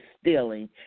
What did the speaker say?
stealing